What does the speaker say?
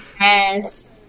Yes